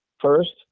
first